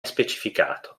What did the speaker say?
specificato